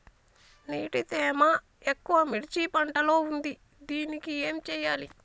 నీటి తేమ ఎక్కువ మిర్చి పంట లో ఉంది దీనికి ఏం చేయాలి?